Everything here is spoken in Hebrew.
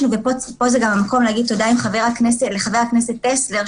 פה זה גם המקום להגיד תודה לחבר הכנסת טסלר,